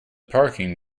parking